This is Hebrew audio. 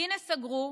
הינה סגרו,